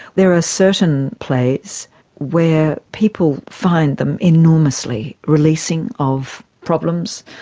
there are certain plays where people find them enormously releasing of problems,